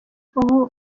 ubu